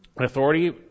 authority